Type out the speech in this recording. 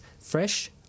fresh